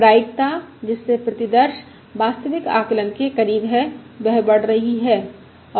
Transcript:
प्रायिकता जिससे प्रतिदर्श वास्तविक आकलन के करीब है वह बढ़ रही है